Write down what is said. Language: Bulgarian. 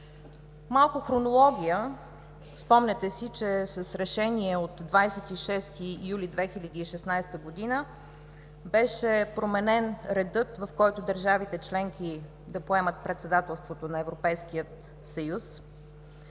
Малко хронология. Спомняте си, че с Решение от 26 юли 2016 г. беше променен редът, в който държавите – членки да поемат председателството на Европейския съюз